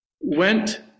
went